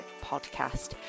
podcast